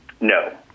No